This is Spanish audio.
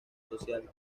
social